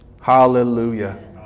Hallelujah